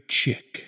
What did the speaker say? chick